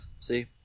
See